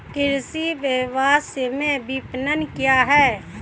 कृषि व्यवसाय विपणन क्या है?